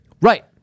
right